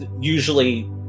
usually